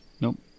Nope